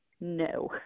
no